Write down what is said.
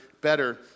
better